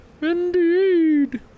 Indeed